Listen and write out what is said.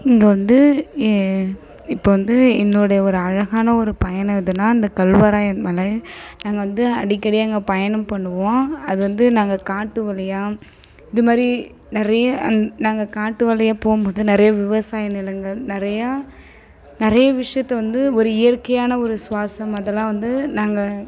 இங்கே வந்து ஏ இப்போ வந்து என்னுடைய ஒரு அழகான ஒரு பயணம் எதுனால் இந்த கல்வராயன் மலை நாங்கள் வந்து அடிக்கடி அங்கே பயணம் பண்ணுவோம் அது வந்து நாங்கள் காட்டு வழியாக இதுமாதிரி நிறைய அந் நாங்கள் காட்டு வழியாக போகும்போது நிறைய விவசாய நிலங்கள் நிறையா நிறைய விஷயத்த வந்து ஒரு இயற்கையான ஒரு சுவாசம் அதெலாம் வந்து நாங்கள்